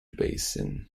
basin